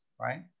right